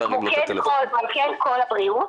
מוקד "קול הבריאות".